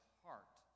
heart